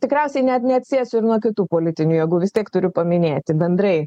tikriausiai net neatsiesiu ir nuo kitų politinių jėgų vis tiek turiu paminėti bendrai